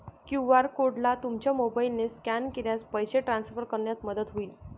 QR कोडला तुमच्या मोबाईलने स्कॅन केल्यास पैसे ट्रान्सफर करण्यात मदत होईल